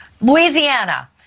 Louisiana